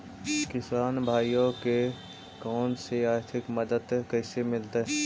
किसान भाइयोके कोन से आर्थिक मदत कैसे मीलतय?